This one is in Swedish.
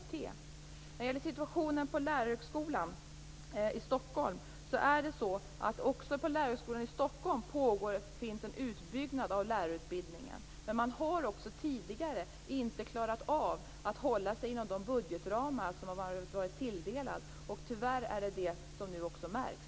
När det gäller situationen på Lärarhögskolan i Stockholm pågår det också här en utbyggnad av lärarutbildningen. Tidigare har man inte klarat av att hålla sig inom de budgetramar som man tilldelats. Tyvärr är det detta som nu också märks.